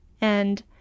and-